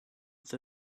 with